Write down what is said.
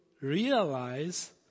realize